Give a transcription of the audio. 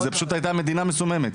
זו פשוט הייתה מדינה מסוממת,